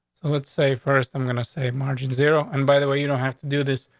let's say first, i'm gonna save margin zero. and by the way, you don't have to do this.